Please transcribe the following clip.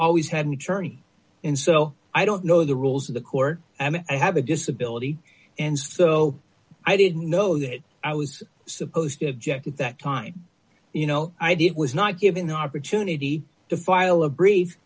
always had an attorney in so i don't know the rules of the court and i have a disability and so i didn't know that i was supposed to object at that time you know i did was not given the opportunity to file a brief